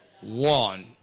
One